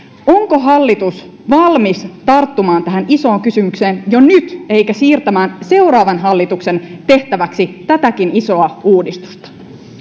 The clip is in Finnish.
onko hallitus valmis tarttumaan tähän isoon kysymykseen jo nyt eikä siirtämään seuraavan hallituksen tehtäväksi tätäkin isoa uudistusta